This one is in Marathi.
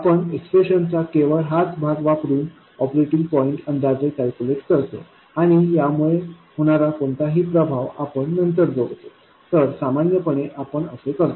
आपण एक्सप्रेशन चा केवळ हाच भाग वापरुन ऑपरेटिंग पॉईंट अंदाजे कॅल्क्युलेट करतो आणि यामुळे होणारा कोणताही प्रभाव आपण नंतर जोडतो तर सामान्यपणे आपण असे करतो